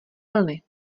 vlny